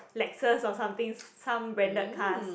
Lexus or something some branded cars